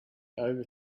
over